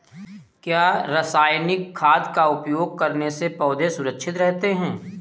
क्या रसायनिक खाद का उपयोग करने से पौधे सुरक्षित रहते हैं?